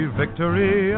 victory